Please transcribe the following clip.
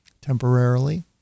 temporarily